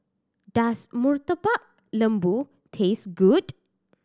does Murtabak Lembu taste good